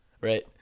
right